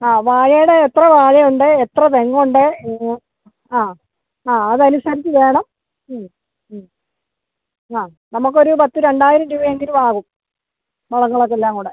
ആ വാഴയുടെ എത്ര വാഴ ഉണ്ട് എത്ര തെങ്ങുണ്ട് അ അ അതനുസരിച്ച് വേണം മ് മ് അ നമുക്കൊരു പത്ത് രണ്ടായിരം രൂപയെങ്കിലും ആകും വളങ്ങൾക്കെല്ലാംകൂടെ